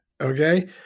okay